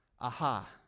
Aha